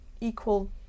equal